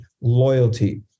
loyalty